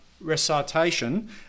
recitation